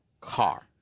car